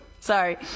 Sorry